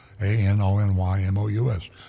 A-N-O-N-Y-M-O-U-S